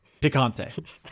picante